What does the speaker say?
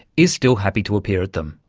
is still happy to appear at them,